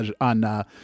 on